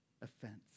offense